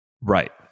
Right